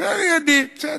לידי, בסדר.